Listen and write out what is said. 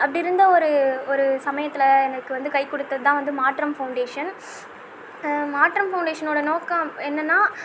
அப்படி இருந்த ஒரு ஒரு சமயத்தில் எனக்கு வந்து கைக்கொடுத்தது தான் மாற்றம் ஃபௌண்டேஷன் மாற்றம் ஃபௌண்டேஷனோடய நோக்கம் என்னென்னால்